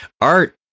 art